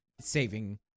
Saving